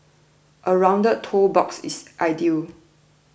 a rounded toe box is ideal